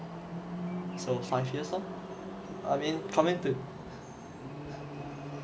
so five years lor I mean coming to